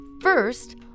First